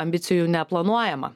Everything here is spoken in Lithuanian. ambicijų neplanuojama